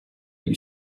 you